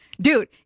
dude